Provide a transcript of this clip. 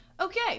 okay